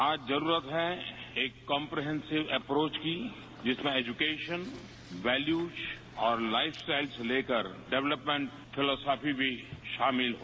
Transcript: आज जरुरत है एक काम्प्रहैंसिव अप्रोच की जिसमें एजुकेशन वैल्यूज और लाइफस्टाइल से लेकर डेवलपमेंट फिलोसॅफी भी शामिल हो